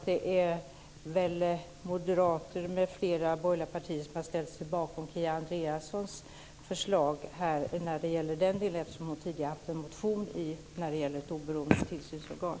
Det är väl Moderaterna m.fl. borgerliga partier som har ställt sig bakom Kia Andreassons förslag när det gäller den delen, eftersom hon tidigare har haft en motion om ett oberoende tillsynsorgan.